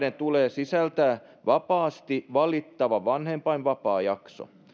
perhevapaiden tulee sisältää vapaasti valittava vanhempainvapaajakso